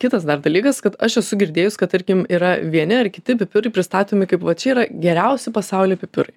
kitas dalykas kad aš esu girdėjus kad tarkim yra vieni ar kiti pipirai pristatomi kaip va čia yra geriausi pasauly pipirai